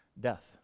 death